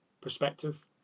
perspective